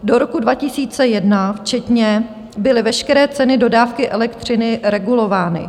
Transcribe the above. Do roku 2001 včetně byly veškeré ceny dodávky elektřiny regulovány.